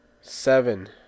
Seven